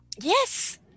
yes